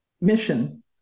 mission